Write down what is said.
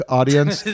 audience